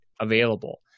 available